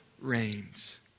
reigns